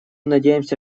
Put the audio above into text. надеемся